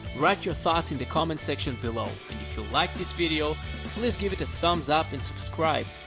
write your thoughts in the comment section below, and if you like this video please give it a thumbs up, and subscribe,